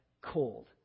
cold